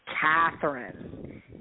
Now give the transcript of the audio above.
Catherine